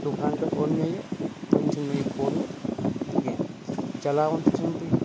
دُکان پٮ۪ٹھ اوٚن مےٚ یہِ وٕنہِ چھُنہٕ مےٚ یہِ کھوٗلمُت کیٚنٛہہ چلاوان چھُس بہٕ یہِ